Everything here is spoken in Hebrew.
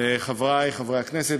חברי חברי הכנסת,